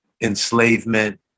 enslavement